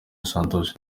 santos